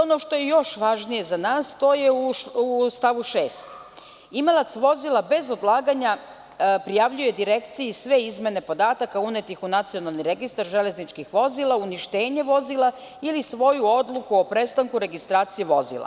Ono što je još važnije za nas, to je u stavu 6. koji glasi: „Imalac vozila bez odlaganja prijavljuje Direkciji sve izmene podataka unetih u Nacionalni registar železničkih vozila, uništenje vozila ili svoju odluku o prestanku registracije vozila“